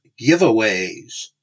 giveaways